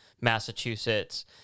Massachusetts